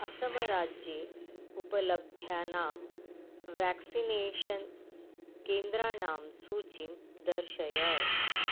असमराज्ये उपलभ्यानां व्याक्सिनेषन् केन्द्राणां सूचीं दर्शय